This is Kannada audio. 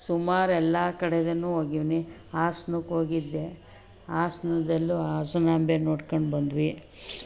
ಸುಮಾರು ಎಲ್ಲ ಕಡೆಗೂ ಹೋಗಿವ್ನಿ ಹಾಸನಕ್ಕೋಗಿದ್ದೆ ಹಾಸನದಲ್ಲೂ ಹಾಸನಾಂಬೆ ನೋಡ್ಕೊಂಡು ಬಂದ್ವಿ